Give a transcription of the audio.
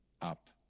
up